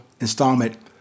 installment